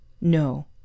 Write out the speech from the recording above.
No